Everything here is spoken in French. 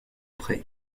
près